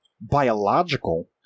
biological